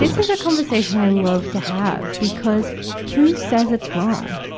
this is a conversation i love to have, because who says it's wrong?